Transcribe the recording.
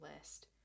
list